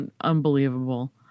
unbelievable